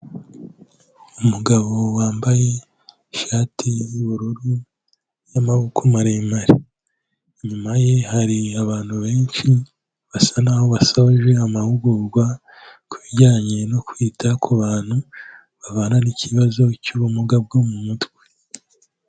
Umugabo wambaye ishati y'ubururu y'amaboko maremare, inyuma ye hari abantu benshi basa naho basoje amahugurwa ku bijyanye no kwita ku bantu babana n'ikibazo cy'ubumuga bwo mu mutwe.